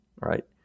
right